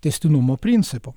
tęstinumo principu